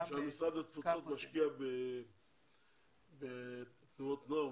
גם ב --- למשל משרד התפוצות משקיע בתנועות נוער,